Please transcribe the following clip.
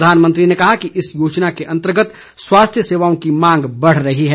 प्रधानमंत्री ने कहा कि इस योजना के अंतर्गत स्वास्थ्य सेवाओं की मांग बढ़ रही है